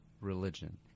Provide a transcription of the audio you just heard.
religion